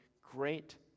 great